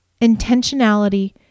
Intentionality